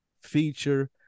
feature